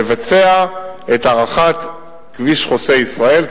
לבצע את הארכת כביש חוצה-ישראל,